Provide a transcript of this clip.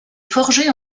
forgé